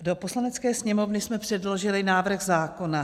Do Poslanecké sněmovny jsme předložili návrh zákona.